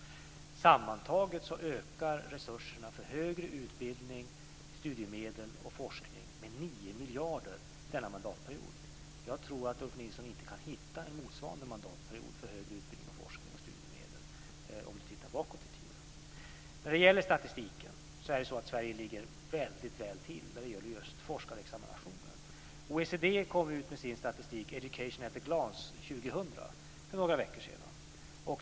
Sammantaget ökar resurserna för högre utbildning, studiemedel och forskning med 9 miljarder denna mandatperiod. Jag tror att Ulf Nilsson inte kan hitta något motsvarande för högre utbildning, forskning och studiemedel om han tittar bakåt i tiden. Sverige ligger väldigt väl till i statistiken när det gäller just forskarexaminationer. OECD kom ut med sin statistik Education at a Glance 2000 för några veckor sedan.